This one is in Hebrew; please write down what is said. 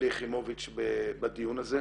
שלי יחימוביץ', בדיון הזה.